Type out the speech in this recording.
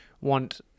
want